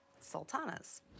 Sultanas